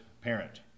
parent